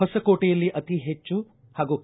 ಹೊಸಕೋಟೆಯಲ್ಲಿ ಅತಿ ಹೆಚ್ಚು ಹಾಗೂ ಕೆ